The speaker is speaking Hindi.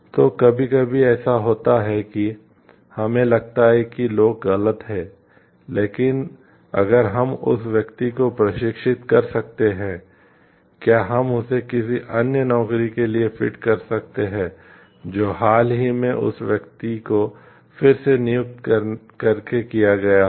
तो कभी कभी ऐसा होता है कि हमें लगता है कि लोग गलत हैं लेकिन अगर हम उस व्यक्ति को प्रशिक्षित कर सकते हैं क्या हम उसे किसी अन्य नौकरी के लिए फिट कर सकते हैं जो हाल ही में उस व्यक्ति को फिर से नियुक्त करके किया गया हो